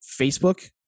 Facebook